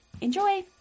Enjoy